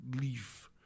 leave